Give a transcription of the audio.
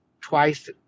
twice